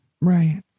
Right